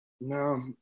No